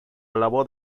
alabó